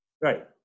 Right